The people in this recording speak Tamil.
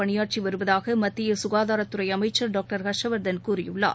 பணியாற்றி வருவதாக மத்திய சுகாதாரத் துறை அமைச்சர் டாக்டர் ஹர்ஷ்வர்தன் கூறியுள்ளார்